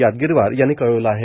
यादगीरवार यांनी कळविले आहे